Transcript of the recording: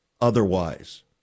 otherwise